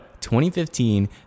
2015